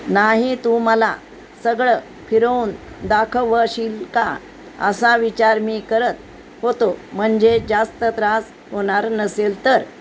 नाही तू मला सगळं फिरवून दाखवशील का असा विचार मी करत होतो म्हणजे जास्त त्रास होणार नसेल तर